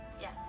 Yes